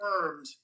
confirmed